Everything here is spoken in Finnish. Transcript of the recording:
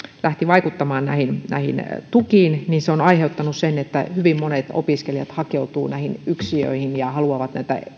lähti vaikuttamaan näihin näihin tukiin se on aiheuttanut sen että hyvin monet opiskelijat hakeutuvat yksiöihin ja haluavat